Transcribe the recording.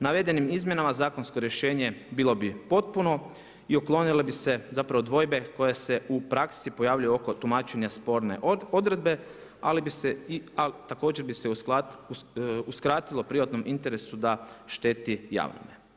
Navedenim izmjenama zakonsko rješenje, bilo bi potpuno i uklonilo bi se dvojbe koje se u praksi pojavljuju oko tumačenja sporne odredbe, ali bi se i al također bi se uskratilo privatnom interesu da šteti javnome.